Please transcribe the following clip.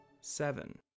Seven